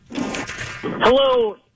Hello